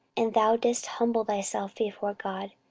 and thou didst humble thyself before god,